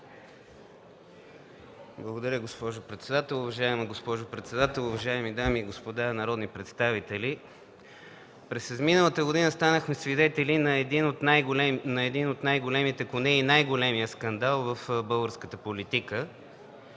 Благодаря, госпожо председател. Уважаема госпожо председател, уважаеми дами и господа народни представители! През изминалата година станахме свидетели на един от най-големите, ако не и най-големия скандал в българската политика